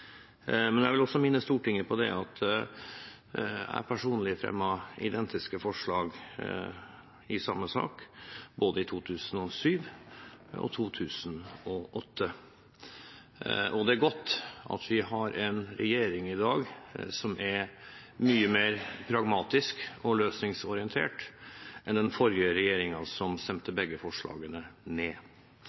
men jeg vil også minne Stortinget om at jeg personlig fremmet identiske forslag i samme sak både i 2007 og i 2008. Det er godt at vi har en regjering i dag som er mye mer pragmatisk og løsningsorientert enn den forrige regjeringen, som stemte begge forslagene ned.